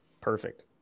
Perfect